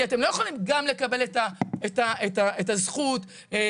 כי אתם לא יכולים גם לקבל את הזכות השתמש